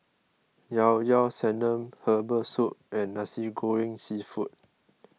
Ilao Ilao Sanum Herbal Soup and Nasi Goreng Seafood